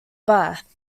bath